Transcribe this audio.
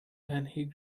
and